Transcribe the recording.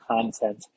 content